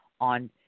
on